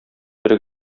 бер